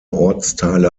ortsteile